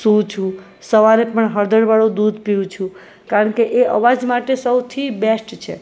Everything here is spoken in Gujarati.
સુવું સવારે પણ હળદરવાળું દૂધ પીઉં છું કારણ કે એ અવાજ માટે સૌથી બેસ્ટ છે